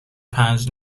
پنج